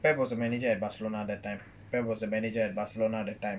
pep was a manager at barcelona that time pep was a manager at barcelona that time